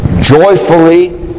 joyfully